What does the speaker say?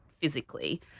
physically